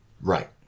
right